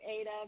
Ada